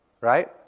Right